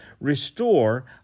Restore